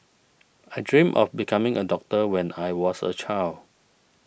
I dreamt of becoming a doctor when I was a child